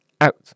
out